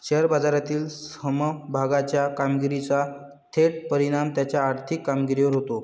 share बाजारातील समभागाच्या कामगिरीचा थेट परिणाम त्याच्या आर्थिक कामगिरीवर होतो